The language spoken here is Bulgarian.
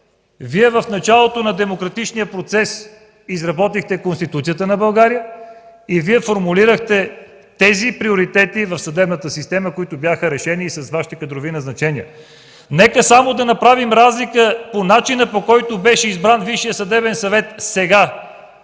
в началото на демократичния процес Вие изработихте Конституцията на България и формулирахте тези приоритети в съдебната система, които бяха решени с Вашите кадрови назначения. Нека само да направим разлика за начина, по който беше избран Висшият съдебен съвет сега